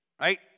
Right